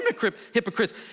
hypocrites